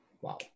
wow